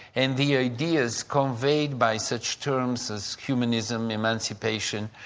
and the ideas conveyed by such terms as humanism, emancipation,